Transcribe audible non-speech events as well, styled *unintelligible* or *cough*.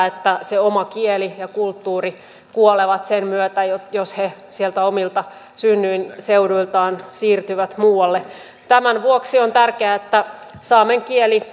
*unintelligible* että se oma kieli ja kulttuuri kuolevat sen myötä jos jos he sieltä omilta synnyinseuduiltaan siirtyvät muualle tämän vuoksi on tärkeää että saamen kieli